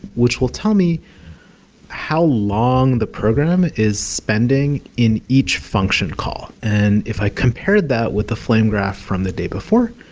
which will tell me how long the program is spending in each function call. and if i compared that with the flame graph from the day before,